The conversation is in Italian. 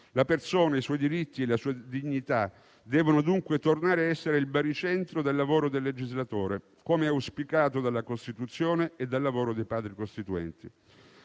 La persona, i suoi diritti e la sua dignità devono dunque tornare a essere il baricentro del lavoro del legislatore, come auspicato dalla Costituzione e dal lavoro dei Padri costituenti.